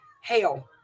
hell